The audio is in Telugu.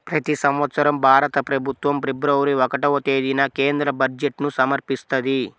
ప్రతి సంవత్సరం భారత ప్రభుత్వం ఫిబ్రవరి ఒకటవ తేదీన కేంద్ర బడ్జెట్ను సమర్పిస్తది